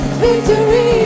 victory